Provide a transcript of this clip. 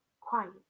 quiet